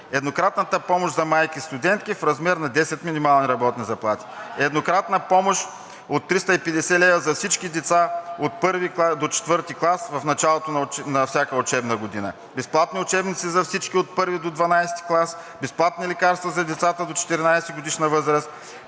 еднократната помощ за майки-студентки в размер на 10 минимални работни заплати; еднократна помощ от 350 лв. за всички деца от I до IV клас в началото на всяка учебна година; безплатни учебници за всички от I до ХII клас; безплатни лекарства за децата до 14-годишна възраст;